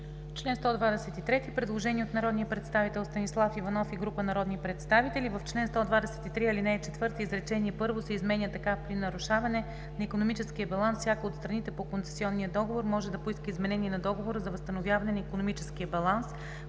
чл. 123 има предложение от народния представител Станислав Иванов и група народни представители: „В чл. 123, ал. 4, изречение първо се изменя така: „При нарушаване на икономическия баланс всяка от страните по концесионния договор може да поиска изменение на договора за възстановяване на икономическия баланс,